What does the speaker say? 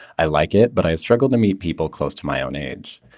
i like it, but i struggle to meet people close to my own age.